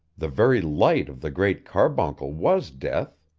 the very light of the great carbuncle was death